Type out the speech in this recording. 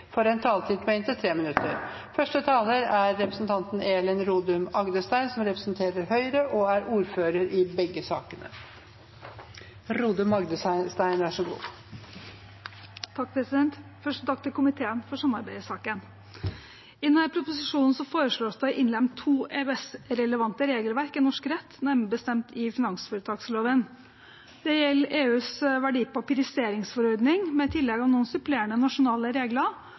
får også en taletid på inntil 3 minutter. Først vil jeg takke komiteen for samarbeidet i saken. I denne proposisjonen foreslås det å innlemme to EØS-relevante regelverk i norsk rett, nærmere bestemt i finansforetaksloven. Det gjelder EØS-verdipapiriseringsforordning, med tillegg av noen supplerende nasjonale regler,